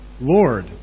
Lord